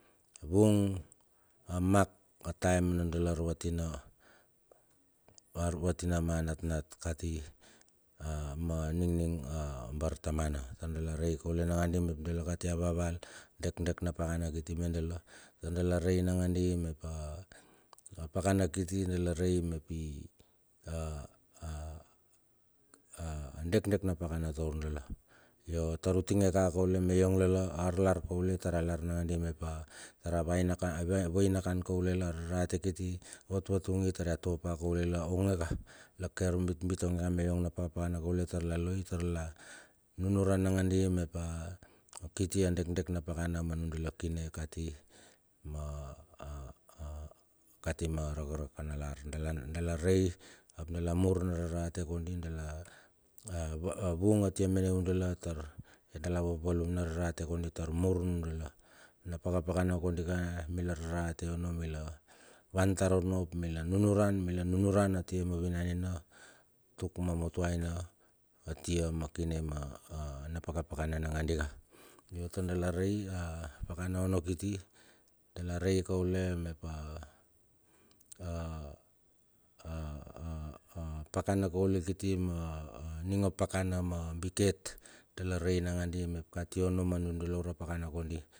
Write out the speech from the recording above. Wung amak ataim na dala arvatina wa arvatina ma anatnat kati ma ningning a bartamana tar dala rei kaule nangandi mep dala katia wawal adekdek na dakana kiti nundala tar dala rei nangandi mep a pakapakana kiti dala rei a dekdek na dakana taur dala yo tar utinge kak ka me yong lala arlar kaule tar alar nangandi mep a tar a vainakam vainakan kaule llar a rarate kiti avatvatungi tar ya topala kaule ongeka ongeka la ke arbitbit ongeka me yong na pakapakana tar la loi tar la nunuran nangandi mep a kiti a dekdek na pakana na nun dala kine kati ma kati ma rakarakana lar. Dala dala rei ap dala mur na rarate kondi, dala wung atia mene hu dala tar dala va papalum na rarate kondi tar mur na pakapakana kondika mila rarate onno, mila wan tar onno, ap mila nunuran, mila nunuran a tia ma vinan ina tuk ma mutuaina atim makine ma na pakapakana nangandika. Yo tar dala rei. Apakana onno kiti dala rei kaule mep apakana kaule kiti ma a a ning pakana ma biket dala rei nangandi mep kati onno manundla ura pakana kondi.